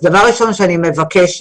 דבר ראשון שאני מבקשת,